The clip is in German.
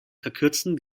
verkürzen